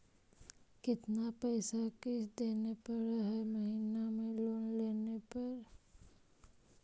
कितना पैसा किस्त देने पड़ है महीना में लोन लेने पर?